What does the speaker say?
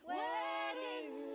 wedding